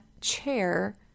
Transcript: chair